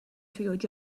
through